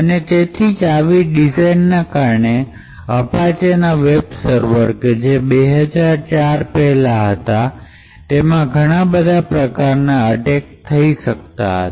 અને તેથી જ આવી ડિઝાઇનના કારણે અપાચે ના વેબ સર્વર કે જે 2004 પહેલાં હતા તેમાં ઘણા બધા પ્રકારના અટેક કરી શકતા હતા